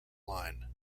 line